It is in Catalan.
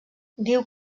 diu